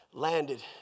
landed